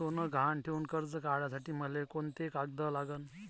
सोनं गहान ठेऊन कर्ज काढासाठी मले कोंते कागद लागन?